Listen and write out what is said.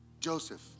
Joseph